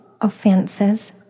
offenses